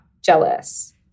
jealous